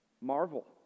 Marvel